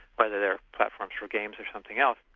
whether they're platforms for games or something else.